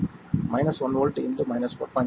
1 V 4